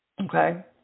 Okay